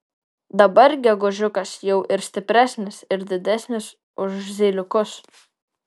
dabar gegužiukas jau ir stipresnis ir didesnis už zyliukus